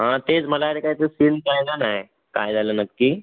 हं तेच मला अरे काय ते सीन कळला नाही काय झालं नक्की